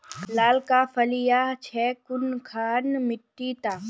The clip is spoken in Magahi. लालका फलिया छै कुनखान मिट्टी त?